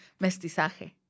mestizaje